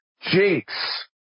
Jinx